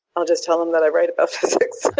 ah just tell them that i write about physics.